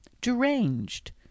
deranged